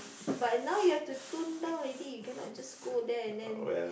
but now you have to tone down already you cannot just go there and then